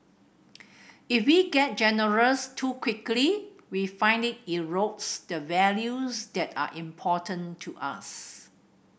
if we get generous too quickly we find it erodes the values that are important to us